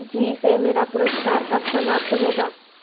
ज़ी से मेरा पुरस्कार कब समाप्त होगा